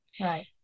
Right